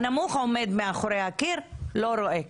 הנמוך עומד מאחורי הקיר ולא רואה כלום.